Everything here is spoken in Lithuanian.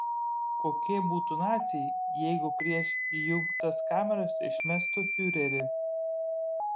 kokie būtų naciai jeigu prieš įjungtas kameras išmestų fiurerį